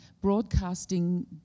broadcasting